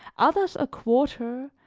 others a quarter,